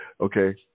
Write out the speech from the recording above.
Okay